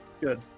good